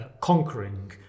conquering